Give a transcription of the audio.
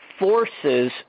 forces